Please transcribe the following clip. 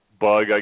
bug